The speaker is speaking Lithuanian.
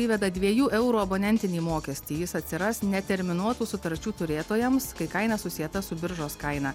įveda dviejų eurų abonentinį mokestį jis atsiras neterminuotų sutarčių turėtojams kai kaina susieta su biržos kaina